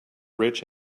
rich